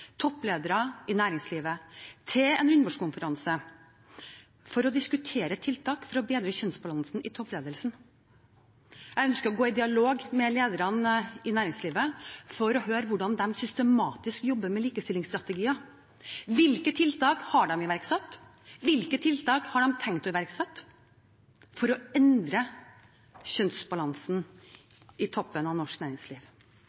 toppledere i næringslivet til en rundebordskonferanse for å diskutere tiltak for å bedre kjønnsbalansen i toppledelsen. Jeg ønsker å gå i dialog med lederne i næringslivet for å høre hvordan de systematisk jobber med likestillingsstrategier. Hvilke tiltak har de iverksatt? Hvilke tiltak har de tenkt å iverksette for å endre